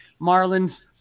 Marlins